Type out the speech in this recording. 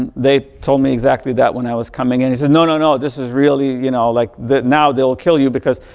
and they told me exactly that when i was coming. and he said, no, no, no, this is really, you know, like the now they'll kill you because,